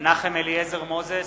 מנחם אליעזר מוזס,